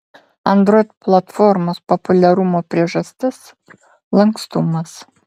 android platformos populiarumo priežastis lankstumas